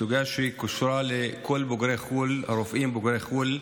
סוגיה שקשורה לכל הרופאים בוגרי חו"ל.